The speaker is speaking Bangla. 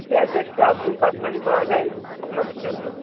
ঠিক আছে দেখছি আপনি কতটা কী করা যায় আপনাদের জন্য